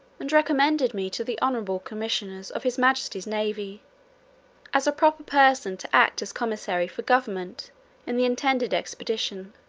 and recommended me to the honourable commissioners of his majesty's navy as a proper person to act as commissary for government in the intended expedition